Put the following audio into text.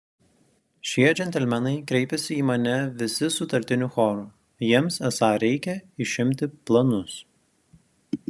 šie džentelmenai kreipėsi į mane visi sutartiniu choru jiems esą reikia išimti planus